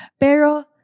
Pero